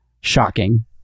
Shocking